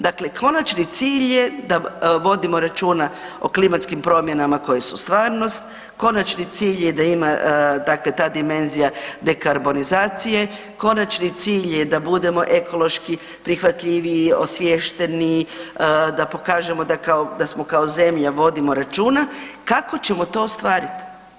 Dakle, konačni cilj je da vodimo računa o klimatskim promjenama koje su stvarnost, konačni cilj je da ima dakle ta dimenzija ne karbonizacije, konačni cilj je da bude ekološki prihvatljiviji, osviješteni, da pokažemo da smo kao zemlja vodimo računa, kako ćemo to ostvarit?